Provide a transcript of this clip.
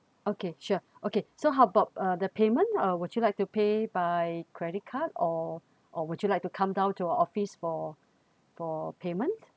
okay sure okay so how about uh the payment uh would you like to pay by credit card or or would you like to come down to our office for for payment